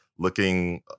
looking